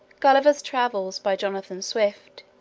gulliver's travels by jonathan swift